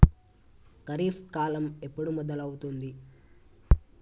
ఖరీఫ్ కాలం ఎప్పుడు మొదలవుతుంది?